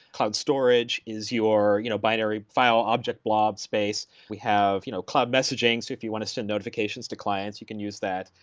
cloud storage is your you know binary file object blob space. we have you know cloud messaging's. if you want to send send notifications to clients, you can use that.